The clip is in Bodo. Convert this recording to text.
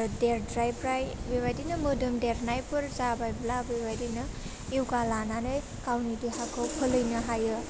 ओह देरद्रायब्राइ बेबायदिनो मोदोम देरनायफोर जाबायब्ला बेबायदिनो यगा लानानै गावनि देहाखौ फोलैनो हायो